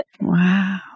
Wow